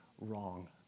wrong